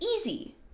easy